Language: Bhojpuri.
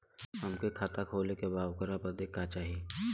हमके खाता खोले के बा ओकरे बादे का चाही?